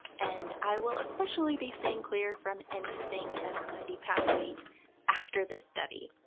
and i will especially be staying clear from anything that's ninety lb weight after this study.